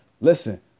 Listen